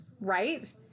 Right